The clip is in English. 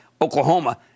Oklahoma